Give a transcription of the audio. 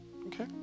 Okay